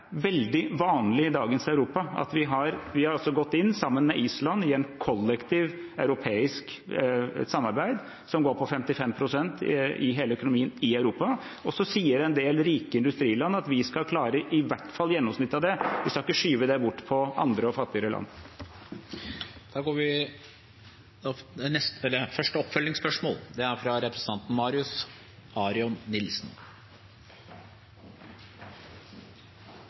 veldig vanlig i dagens Europa. Vi har altså gått inn sammen med Island i et kollektivt europeisk samarbeid som går på 55 pst. i hele økonomien i Europa. Så sier en del rike industriland at vi skal klare i hvert fall gjennomsnittet av det, vi skal ikke skyve det bort på andre og fattigere land.